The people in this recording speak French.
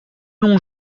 longs